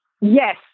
Yes